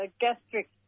gastric